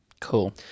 Cool